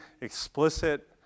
explicit